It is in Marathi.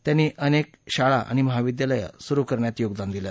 त्यांनी अनेक शाळा आणि महाविद्यालयं सुरू करण्यात योगदान दिलं